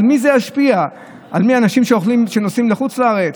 על מי זה ישפיע, על אנשים שנוסעים לחוץ לארץ?